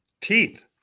Teeth